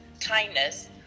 kindness